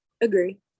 agree